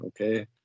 Okay